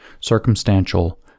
circumstantial